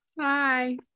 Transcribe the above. Hi